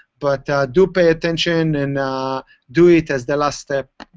but do pay attention and do it as the last step.